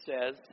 says